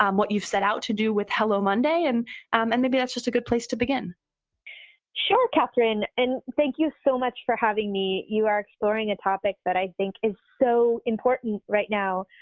um what you've set out to do with hello monday, and um and maybe that's just a good place to begin. jessi sure, kathryn, and thank you so much for having me. you are exploring a topic that i think is so important right now.